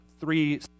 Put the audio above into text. three